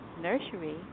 Nursery